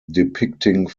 depicting